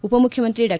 ಉಪಮುಖ್ಯಮಂತ್ರಿ ಡಾ